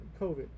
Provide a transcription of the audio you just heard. COVID